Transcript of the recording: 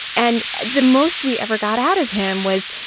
and the most we ever got out of him was,